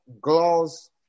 gloss